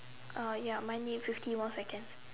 oh ya my need minute fifty more seconds